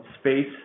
space